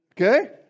Okay